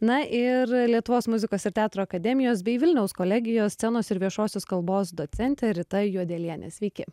na ir lietuvos muzikos ir teatro akademijos bei vilniaus kolegijos scenos ir viešosios kalbos docentė rita juodelienė sveiki